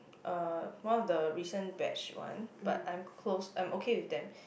uh one of the recent batch one but I'm close I am okay with them